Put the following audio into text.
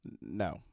No